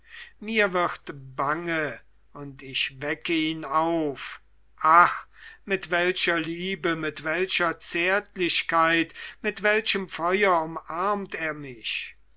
mir wird bange und ich wecke ihn auf ach mit welcher liebe mit welcher zärtlichkeit mit welchem feuer umarmt er mich